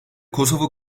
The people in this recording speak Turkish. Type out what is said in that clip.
kosova